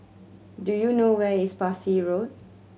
do you know where is Parsi Road